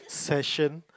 session